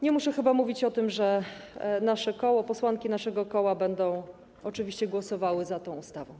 Nie muszę chyba mówić o tym, że nasze koło, posłanki naszego koła będą oczywiście głosowały za tą ustawą.